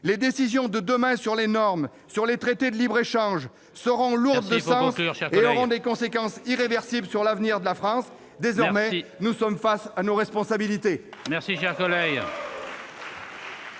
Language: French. Les décisions de demain sur les normes, sur les traités de libre-échange, seront lourdes de sens et auront des conséquences irréversibles sur l'avenir de la France. Il est vraiment temps de conclure,